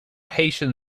haitian